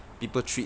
people treat